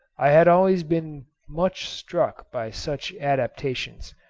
i had always been much struck by such adaptations,